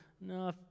No